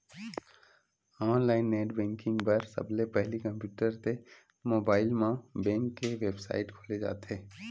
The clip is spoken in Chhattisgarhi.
ऑनलाईन नेट बेंकिंग बर सबले पहिली कम्प्यूटर ते मोबाईल म बेंक के बेबसाइट खोले जाथे